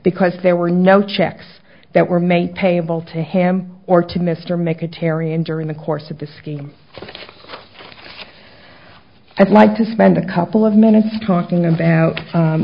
because there were no checks that were made payable to him or to mr make a tarion during the course of the scheme i'd like to spend a couple of minutes talking about